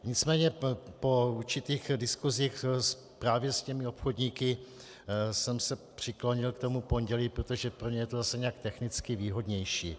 Nicméně po určitých diskusích právě s obchodníky jsem se přiklonil k tomu pondělí, protože pro ně je to zase nějak technicky výhodnější.